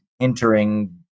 entering